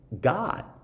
God